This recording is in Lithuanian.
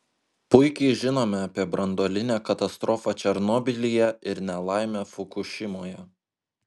puikiai žinome apie branduolinę katastrofą černobylyje ir nelaimę fukušimoje